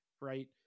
right